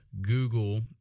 Google